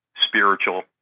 spiritual